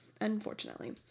unfortunately